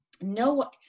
no